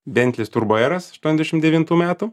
bentlis turbo eras aštuoniasdešim devintų metų